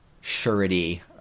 surety